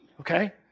okay